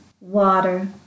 Water